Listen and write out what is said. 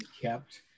kept